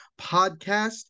podcast